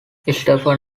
stephen